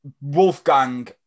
Wolfgang